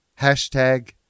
Hashtag